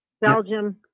Belgium